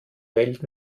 welt